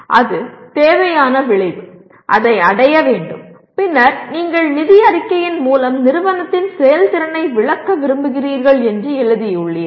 அது தேவையான விளைவு அதை அடைய வேண்டும் பின்னர் நீங்கள் நிதி அறிக்கையின் மூலம் நிறுவனத்தின் செயல்திறனை விளக்க விரும்புகிறீர்கள் என்று எழுதியுள்ளீர்கள்